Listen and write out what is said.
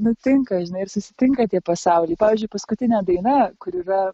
nutinka žinai ir susitinka tie pasauliai pavyzdžiui paskutinė daina kur yra